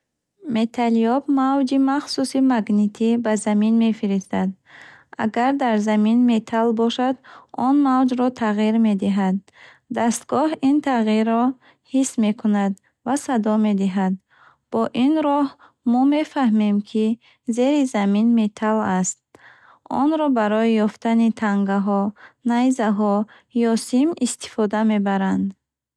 Металлёб мавҷи махсуси магнитӣ ба замин мефиристад. Агар дар замин металл бошад, он мавҷро тағйир медиҳад. Дастгоҳ ин тағйирро ҳис мекунад ва садо медиҳад. Бо ин роҳ, мо мефаҳмем, ки зери замин металл ҳаст. Онро барои ёфтани тангаҳо, найзаҳо ё сим истифода мебаранд.